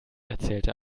erzählte